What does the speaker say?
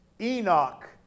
Enoch